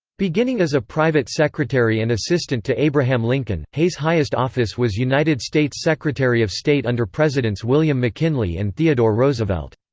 beginning as a private secretary and assistant to abraham lincoln, hay's highest office was united states secretary of state under presidents william mckinley and theodore roosevelt.